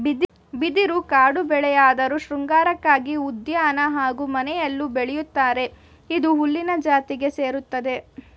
ಬಿದಿರು ಕಾಡುಬೆಳೆಯಾಧ್ರು ಶೃಂಗಾರಕ್ಕಾಗಿ ಉದ್ಯಾನ ಹಾಗೂ ಮನೆಲೂ ಬೆಳಿತರೆ ಇದು ಹುಲ್ಲಿನ ಜಾತಿಗೆ ಸೇರಯ್ತೆ